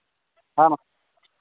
ᱦᱮᱸ ᱢᱟ